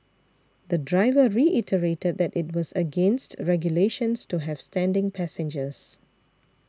the driver reiterated that it was against regulations to have standing passengers